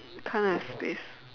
can't have space